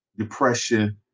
Depression